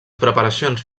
preparacions